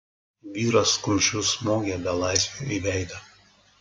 vyras kumščiu smogė belaisviui į veidą